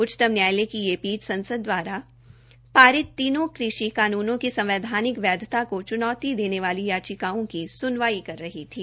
उच्चतम न्यायालय की यह पीठ संसद दवारा पारित तीन नये कृषि कानूनों की संवैधानिक वैधता को चूनौती देने वाली याचिकाओं की सूनवाई कर रही थी